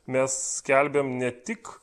mes skelbiam ne tik